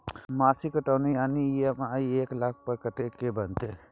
मासिक कटौती यानी ई.एम.आई एक लाख पर कत्ते के बनते?